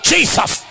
Jesus